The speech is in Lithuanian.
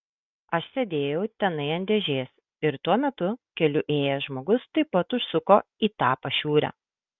aš sėdėjau tenai ant dėžės ir tuo metu keliu ėjęs žmogus taip pat užsuko į tą pašiūrę